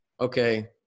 okay